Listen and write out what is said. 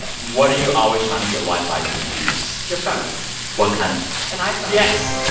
but what are you always trying to get wi-fi to use your phone what kind of phone? an iphone yes